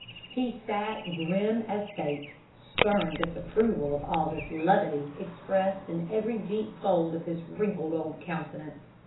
he sat grim as fate, stern disapproval of all this levity expressed in every deep fold of his wrinkled old countenance.